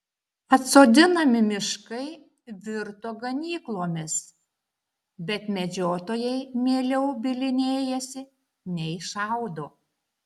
atsodinami miškai virto ganyklomis bet medžiotojai mieliau bylinėjasi nei šaudo